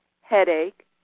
headache